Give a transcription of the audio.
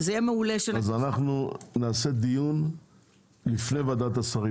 נקיים דיון לפני ועדת השרים.